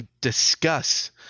discuss